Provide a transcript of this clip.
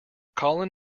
colin